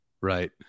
right